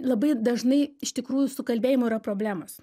labai dažnai iš tikrųjų su kalbėjimu yra problemos